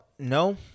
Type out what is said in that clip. No